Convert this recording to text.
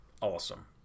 awesome